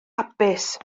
hapus